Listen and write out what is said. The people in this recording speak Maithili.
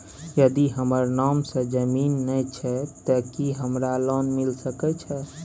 यदि हमर नाम से ज़मीन नय छै ते की हमरा लोन मिल सके छै?